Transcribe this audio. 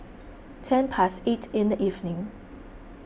ten past eight in the evening